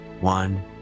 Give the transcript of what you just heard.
one